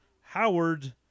Howard